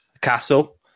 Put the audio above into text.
castle